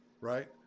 right